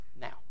Now